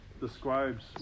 describes